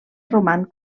roman